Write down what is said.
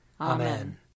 Amen